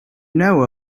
know